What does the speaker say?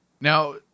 Now